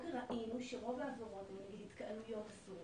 ראינו שרוב העבירות הן נגיד התקהלויות אסורות,